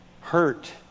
hurt